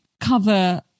cover